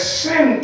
sin